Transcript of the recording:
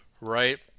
right